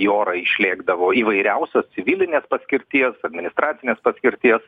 į orą išlėkdavo įvairiausios civilinės paskirties administracinės paskirties